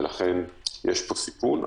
ולכן יש פה סיכון.